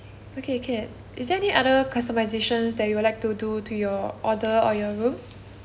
okay can is there any other customisations that you would like to do to your order or your room